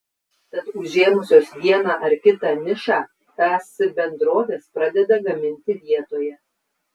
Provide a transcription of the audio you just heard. tad užėmusios vieną ar kitą nišą es bendrovės pradeda gaminti vietoje